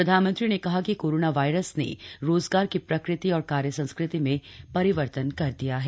प्रधानमंत्री ने कहा कि कोरोना वायरस ने रोजगार की प्रकृति और कार्य संस्कृति में परिवर्तन कर दिया है